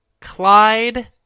Clyde